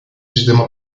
sistema